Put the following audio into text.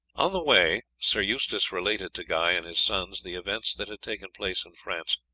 on the way sir eustace related to guy and his sons the events that had taken place in france,